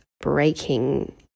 breaking